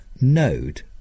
node